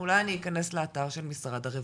אולי אני אכנס לאתר של משרד הרווחה.